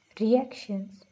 reactions